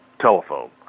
telephone